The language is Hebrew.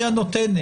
היא הנותנת.